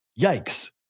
yikes